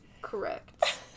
Correct